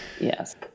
Yes